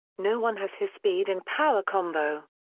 no one has his speed and power combo.